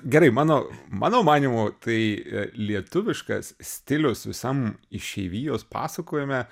gerai mano mano manymu tai a lietuviškas stiliaus visam išeivijos pasakojime